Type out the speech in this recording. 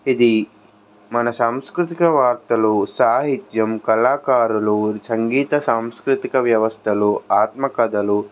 ఇది మన సాంస్కృతిక వార్తలు సాహిత్యం కళాకారులు సంగీత సాంస్కృతిక వ్యవస్థలు ఆత్మకథలు